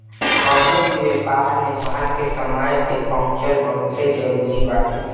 कवनो भी व्यापार में माल के समय पे पहुंचल बहुते जरुरी बाटे